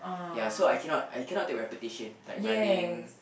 ya so I cannot I cannot take repetitions like running